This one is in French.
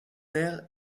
air